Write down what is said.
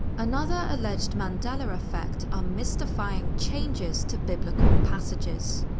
another alleged mandela effect are mystifying changes to biblical passages.